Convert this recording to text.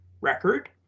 record